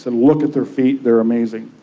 and look at their feet, they're amazing.